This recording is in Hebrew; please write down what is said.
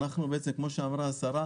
כמו שאמרה השרה,